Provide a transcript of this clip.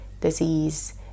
disease